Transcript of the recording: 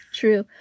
true